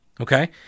Okay